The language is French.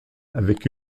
avec